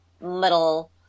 little